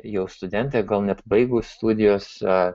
jau studentė gal net baigus studijas